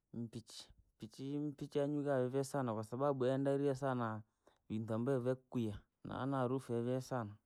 Mpichi, mpichi mpichi anua via sana kwasababu yeenda ria sana, vintu ambavyo vyakuiya, na na arufu ya viasana.